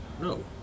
No